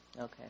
Okay